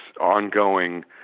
ongoing